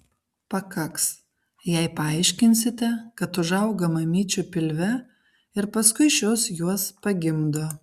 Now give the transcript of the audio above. pakaks jei paaiškinsite kad užauga mamyčių pilve ir paskui šios juos pagimdo